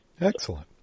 Excellent